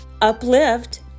uplift